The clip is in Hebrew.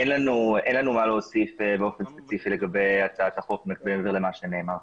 אין לנו מה להוסיף באופן ספציפי לגבי הצעת החוק מעבר למה שנאמר.